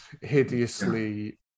hideously